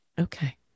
okay